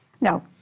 No